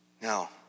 Now